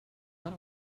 not